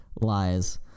lies